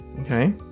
Okay